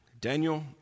Daniel